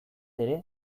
ere